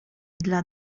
dla